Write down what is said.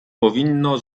powinno